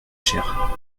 cher